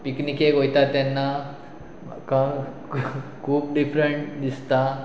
पिकनिकेक वयता तेन्ना म्हाका खूब डिफरंट दिसता